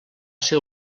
ser